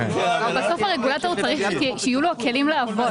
הרגולטור צריך שיהיו לו הכלים לעבוד.